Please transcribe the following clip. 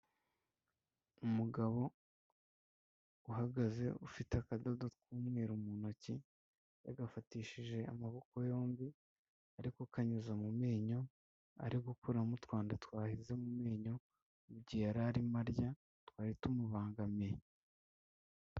Umugabo uhagaze ufite akadodo k'umweru mu ntoki yagafatishije amaboko yombi ari kukanyuza mu menyo, ari gukuramo utwanda twaheze mu menyo mu gihe yari arimo arya, twari tumubangamiye.